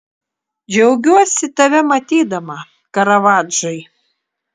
džiaugiuosi tave matydama karavadžai